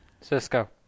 Cisco